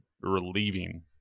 relieving